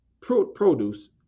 produce